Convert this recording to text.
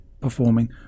performing